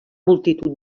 multitud